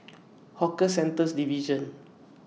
Hawker Centres Division